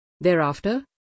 thereafter